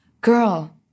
girl